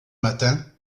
matin